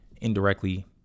indirectly